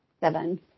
Seven